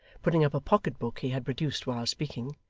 putting up a pocket-book he had produced while speaking,